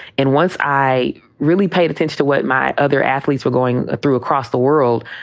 and once i really paid attention to what my other athletes were going through across the world,